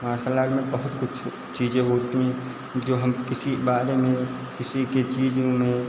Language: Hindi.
मार्सल आर्ट में बहुत कुछ चीज़ें होती हैं जो हम किसी बारे में किसी के चीज़ में